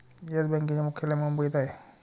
yes बँकेचे मुख्यालय मुंबईत आहे